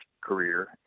career